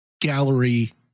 gallery